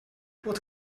what